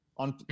On